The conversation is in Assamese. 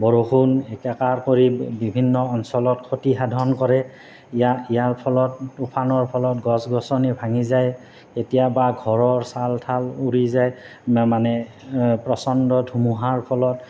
বৰষুণ একাকাৰ কৰি বিভিন্ন অঞ্চলত ক্ষতি সাধন কৰে ইয়াৰ ফলত টোফানৰ ফলত গছ গছনি ভাঙি যায় কেতিয়াবা ঘৰৰ ছাল ঠাল উৰি যায় মানে প্ৰচণ্ড ধুমুহাৰ ফলত